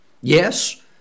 Yes